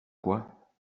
quoi